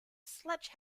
sledge